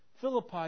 Philippi